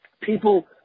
people